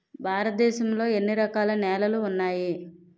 భారతదేశం లో ఎన్ని రకాల నేలలు ఉన్నాయి?